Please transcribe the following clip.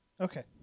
okay